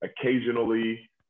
occasionally